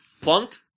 Plunk